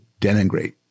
denigrate